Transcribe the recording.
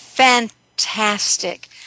Fantastic